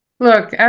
Look